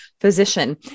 physician